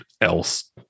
else